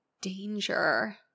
danger